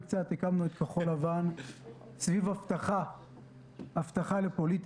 כחול לבן על מנת לייצר מצב שנוכל ללכת לממשלת